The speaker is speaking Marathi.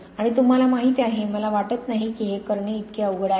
आणि तुम्हाला माहिती आहे मला वाटत नाही की हे करणे इतके अवघड आहे